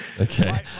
Okay